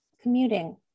commuting